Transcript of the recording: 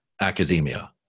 academia